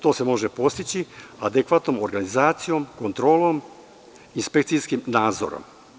To se može postići adekvatnom organizacijom, kontrolom, inspekcijskim nadzorom.